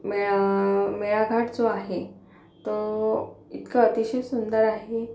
मेळा मेळघाट जो आहे तो इतका अतिशय सुंदर आहे